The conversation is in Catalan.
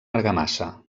argamassa